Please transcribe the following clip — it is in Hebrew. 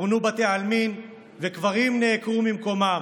פונו בתי עלמין וקברים נעקרו ממקומם,